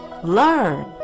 Learn